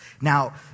Now